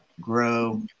grow